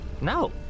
no